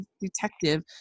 detective